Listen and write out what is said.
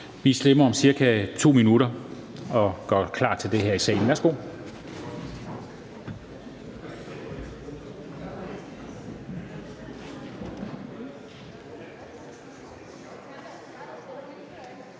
Vi stemmer om ca. 2 minutter og gør klar til det her i salen. Kl.